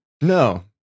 no